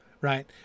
Right